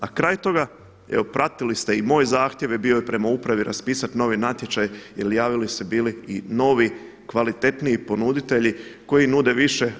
A kraj toga evo pratili ste i moj zahtjev je bio i prema upravi raspisati novi natječaj jel javili su se bili i novi kvalitetniji ponuditelji koji nude više.